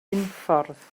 unffordd